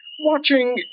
Watching